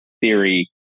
theory